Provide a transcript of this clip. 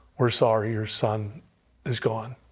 were sorry. your son is gone.